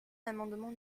l’amendement